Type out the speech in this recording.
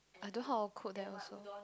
I don't know how to cook that also